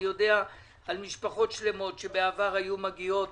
אני יודע על משפחות שלמות שבעבר היו מגיעות,